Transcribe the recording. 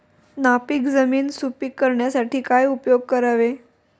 नापीक जमीन सुपीक करण्यासाठी काय उपयोग करावे?